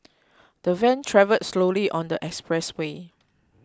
the van travelled slowly on the expressway